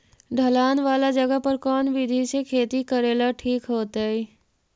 ढलान वाला जगह पर कौन विधी से खेती करेला ठिक होतइ?